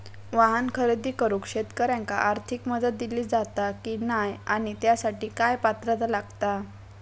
वाहन खरेदी करूक शेतकऱ्यांका आर्थिक मदत दिली जाता की नाय आणि त्यासाठी काय पात्रता लागता?